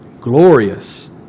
glorious